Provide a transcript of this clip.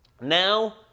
Now